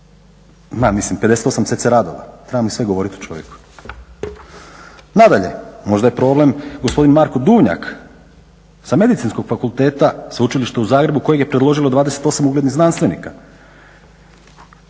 mislim 58 cca radova. Nadalje, možda je problem gospodin Marko Duvnjak sa Medicinskog fakulteta sveučilišta u Zagrebu kojeg je predložilo 28 uglednih znanstvenika.